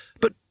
But